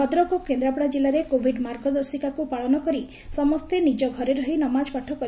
ଭଦ୍ରକ ଓ କେସ୍ରାପଡ଼ା ଜିଲ୍ଲାରେ କୋଭିଡ୍ ମାର୍ଗଦର୍ଶିକାକୁ ପାଳନ କରି ସମସେ ନିଜ ଘରେ ରହି ନମାଜ ପାଠ କରିଥିଲେ